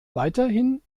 weiterhin